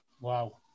Wow